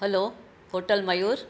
हलो hotel Mayur